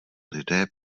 lidé